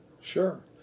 Sure